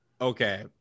okay